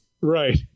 right